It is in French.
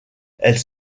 elles